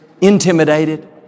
intimidated